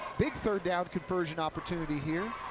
big third down conversion opportunity here,